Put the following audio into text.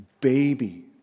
baby